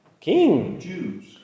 King